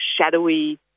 shadowy